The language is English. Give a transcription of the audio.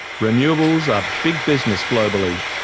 renewables are big business globally.